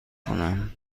کنم